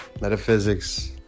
metaphysics